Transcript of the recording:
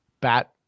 Bat